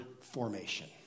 formation